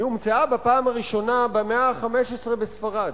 היא הומצאה בפעם הראשונה במאה ה-15 בספרד,